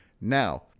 now